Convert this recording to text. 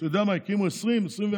אתה יודע מה, הקימו 20 21,